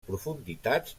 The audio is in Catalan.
profunditats